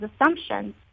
assumptions